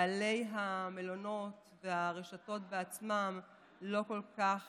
בעלי המלונות והרשתות בעצמם לא כל כך